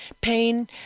pain